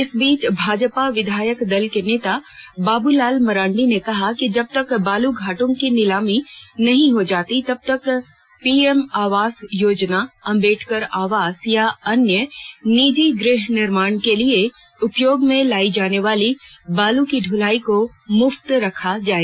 इस बीच भाजपा विधायक दल के नेता बाबूलाल मरांडी ने कहा कि जब तक बालू घाटों की नीलामी नहीं हो जाती है तब तक पीएम आवास योजना अंबेडकर आवास या अन्य निजी गृह निर्माण के लिए उपयोग में लायी जाने वाली बालू की दलाई को मुफ्त रखा जाए